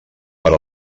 per